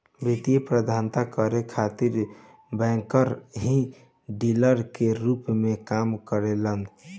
वित्तीय प्रबंधन करे खातिर ब्रोकर ही डीलर के रूप में काम करेलन